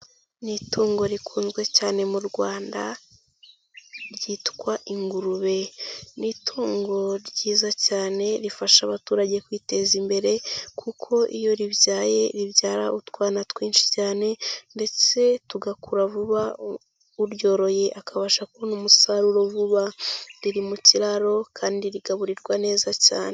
Ni itungo rikunzwe cyane mu Rwanda ryitwa ingurube, ni itungo ryiza cyane rifasha abaturage kwiteza imbere kuko iyo ribyaye ribyara utwana twinshi cyane ndetse tugakura vuba uryoroye akabasha kubona umusaruro vuba, riri mu kiraro kandi rigaburirwa neza cyane.